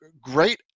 great